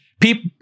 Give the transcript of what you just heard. people